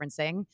referencing